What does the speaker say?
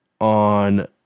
on